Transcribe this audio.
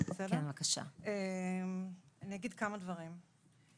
אגיד כמה דברים.